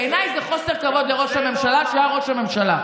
בעיניי זה חוסר כבוד לקרוא כך לראש הממשלה כשהוא היה ראש הממשלה.